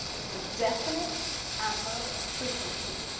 it's a definite adverb of frequency,